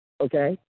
okay